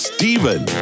Steven